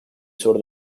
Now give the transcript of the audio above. sur